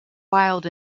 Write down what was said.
wild